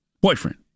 boyfriend